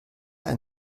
ein